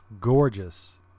gorgeous